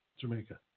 Jamaica